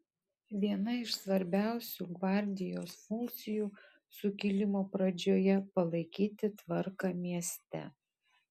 viena iš svarbiausių gvardijos funkcijų sukilimo pradžioje palaikyti tvarką mieste